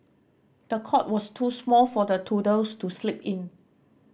the cot was too small for the toddlers to sleep in